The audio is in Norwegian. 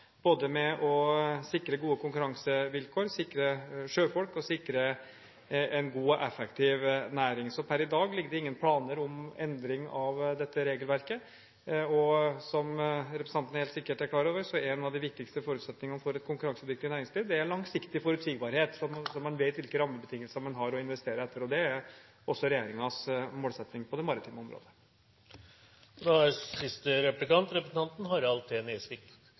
å sikre gode konkurransevilkår, sikre sjøfolk og sikre en god og effektiv næring. Så per i dag foreligger det ingen planer om endringer av dette regelverket. Og som representanten helt sikkert er klar over, er langsiktig forutsigbarhet en av de viktigste forutsetningene for et konkurransedyktig næringsliv, slik at man vet hvilke rammebetingelser man har å investere etter. Det er også regjeringens målsetting på det maritime området.